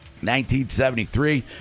1973